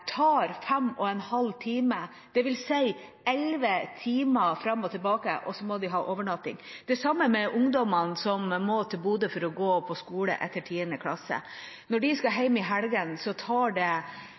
tar fem og en halv time, dvs. elleve timer fram og tilbake, og så må man ha overnatting. Det samme gjelder ungdommene som må til Bodø for å gå på skole etter 10. klasse. Når de skal